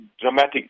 dramatic